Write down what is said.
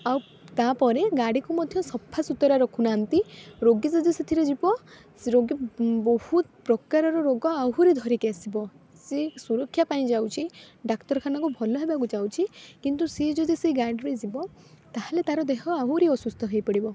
ଆଉ ତାପରେ ଗାଡ଼ିକୁ ମଧ୍ୟ ସଫାସୁତୁରା ରଖୁନାହାଁନ୍ତି ରୋଗୀ ଯଦି ସେଥିରେ ଯିବ ସେ ରୋଗୀ ବହୁତ ପ୍ରକାରର ରୋଗ ଆହୁରି ଧରିକି ଆସିବ ସିଏ ସୁରକ୍ଷା ପାଇଁ ଯାଉଛି ଡାକ୍ତରଖାନାକୁ ଭଲ ହେବାକୁ ଯାଉଛି କିନ୍ତୁ ସିଏ ଯଦି ସେ ଗାଡ଼ିରେ ଯିବ ତାହେଲେ ତା'ର ଦେହ ଆହୁରି ଅସୁସ୍ଥ ହୋଇପଡ଼ିବ